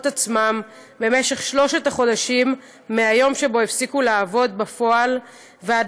עצמם במשך שלושת החודשים מהיום שבו הפסיקו לעבוד בפועל ועד